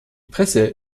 presse